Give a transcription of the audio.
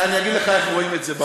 אני אגיד לך איך רואים את זה בעולם.